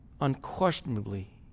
unquestionably